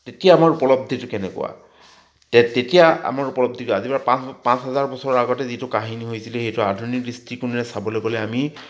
তেতিয়া আমাৰ উপলব্ধিটো কেনেকুৱা তে তেতিয়া আমাৰ উপলব্ধিটো আজিৰ পৰা পাঁচ পাঁচ হাজাৰ বছৰ আগতে যিটো কাহিনী হৈছিলে সেইটো আধুনিক দৃষ্টিকোণেৰে চাবলৈ গ'লে আমি